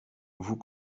vous